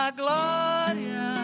glória